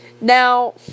Now